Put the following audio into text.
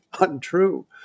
untrue